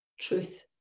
truth